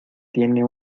tiene